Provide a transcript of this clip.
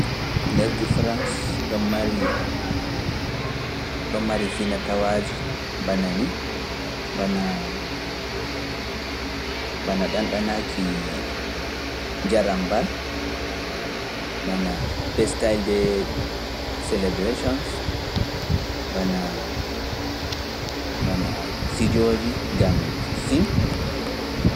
Lesdi Faransa ɗo mari finatawaaji bana nii, bana ɗanɗanaki jarambal, bana pestaal de célébrations, bana fijoji gam fiim.